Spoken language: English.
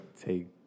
take